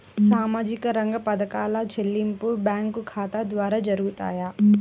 సామాజిక రంగ పథకాల చెల్లింపులు బ్యాంకు ఖాతా ద్వార జరుగుతాయా?